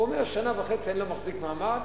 הוא אומר: שנה וחצי אני לא מחזיק מעמד.